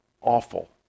awful